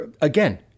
again –